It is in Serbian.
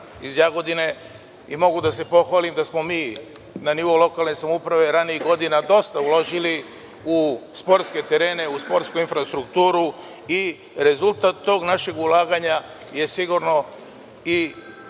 iz Jagodine i mogu da se pohvalim da smo mi, na nivou lokalne samouprave, ranijih godina dosta uložili u sportske terene, sportsku infrastrukturu i rezultat tog našeg ulaganja je sigurno i